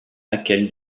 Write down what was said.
laquelle